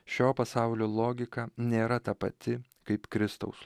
šio pasaulio logika nėra ta pati kaip kristaus